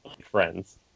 friends